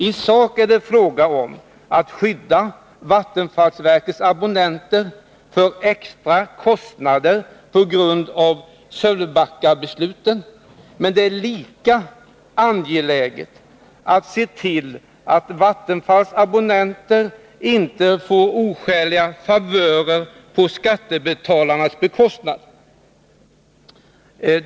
I sak är det fråga om att skydda vattenfallsverkets abonnenter från extra kostnader på grund av Sölvbackabesluten, men det är lika angeläget att se till att vattenfallsverkets abonnenter inte får oskäliga favörer på skattebetalarnas bekostnad.